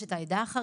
יש את העדה החרדית,